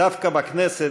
דווקא בכנסת,